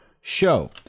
show